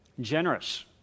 generous